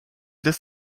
des